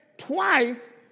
Twice